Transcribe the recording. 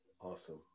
Awesome